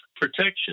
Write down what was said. Protection